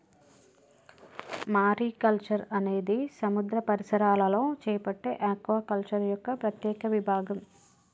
mariculture అనేది సముద్ర పరిసరాలలో చేపట్టే ఆక్వాకల్చర్ యొక్క ప్రత్యేక విభాగం